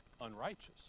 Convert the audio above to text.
Unrighteous